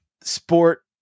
Sport